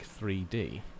3D